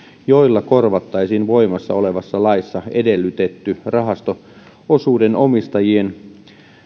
joilla korvattaisiin voimassa olevassa laissa edellytetty rahasto osuuden omistajien